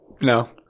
no